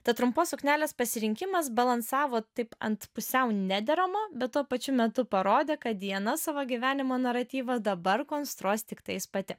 tad trumpos suknelės pasirinkimas balansavo taip ant pusiau nederamo bet tuo pačiu metu parodė kad diana savo gyvenimo naratyvą dabar konstruos tiktais pati